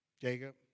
Jacob